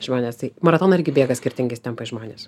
žmonės tai maratoną irgi bėga skirtingais tempais žmonės